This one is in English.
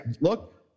look